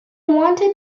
wanted